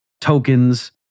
tokens